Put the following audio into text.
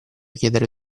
chiedere